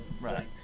right